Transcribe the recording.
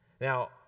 Now